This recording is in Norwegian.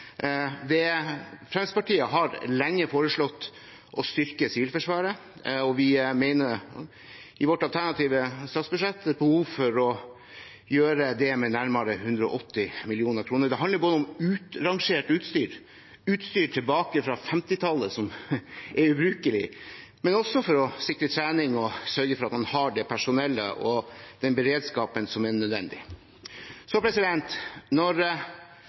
Fremskrittspartiet har lenge foreslått å styrke Sivilforsvaret, og vi mener i vårt alternative statsbudsjett det er behov for å gjøre det med nærmere 180 mill. kr. Det handler om utrangert utstyr, ubrukelig utstyr tilbake fra 1950-tallet, men også om å sikre trening og sørge for at man har det personellet og den beredskapen som er nødvendig.